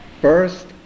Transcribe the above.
First